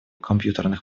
компьютерных